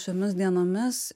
šiomis dienomis